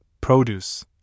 produce